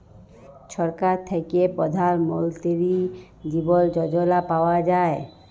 ছরকার থ্যাইকে পধাল মলতিরি জীবল যজলা পাউয়া যায়